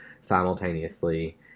simultaneously